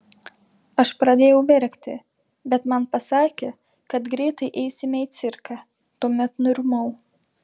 aš pradėjau verkti bet man pasakė kad greitai eisime į cirką tuomet nurimau